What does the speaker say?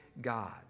God